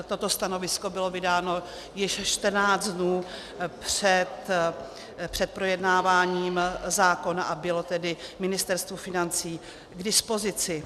Toto stanovisko bylo vydáno již 14 dnů před projednáváním zákona a bylo tedy Ministerstvu financí k dispozici.